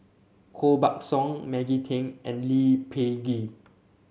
Koh Buck Song Maggie Teng and Lee Peh Gee